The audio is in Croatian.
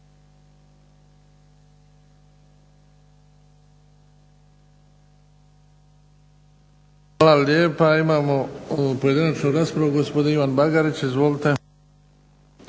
Hvala lijepa. Imamo pojedinačno raspravu, gospodin Ivan Bagarić. Izvolite.